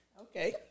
Okay